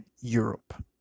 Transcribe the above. Europe